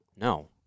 No